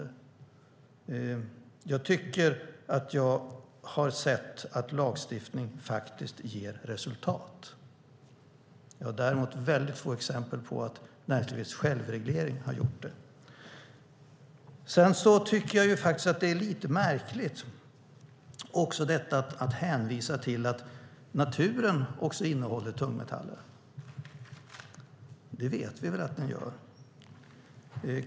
Jag tycker att jag har sett att lagstiftning faktiskt ger resultat. Jag har däremot väldigt få exempel på att näringslivets självreglering har gjort det. Sedan tycker jag att det är lite märkligt att hänvisa till att även naturen innehåller tungmetaller. Det vet vi att den gör.